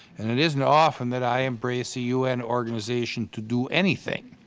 and it isn't often that i embrace a u n. organization to do anything.